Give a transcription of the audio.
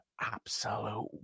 absolute